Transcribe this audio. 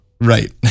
right